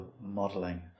modeling